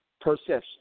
perception